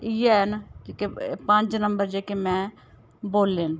इ'यै हैन की के पंज नंबर जेह्के में बोले न